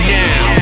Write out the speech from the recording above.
now